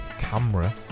camera